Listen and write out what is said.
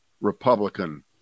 Republican